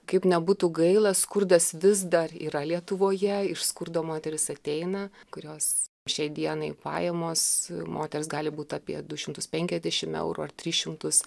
kaip nebūtų gaila skurdas vis dar yra lietuvoje iš skurdo moterys ateina kurios šiai dienai pajamos moters gali būt apie du šimtus penkiasdešimt eurų ar tris šimtus